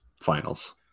finals